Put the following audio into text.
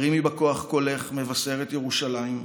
הרימי בכח קולך מבשרת ירושלם,